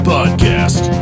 Podcast